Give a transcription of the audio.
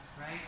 right